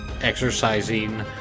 exercising